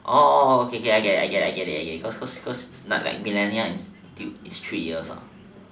okay I get it I get it I get it cause cause cause millennia institute is like three years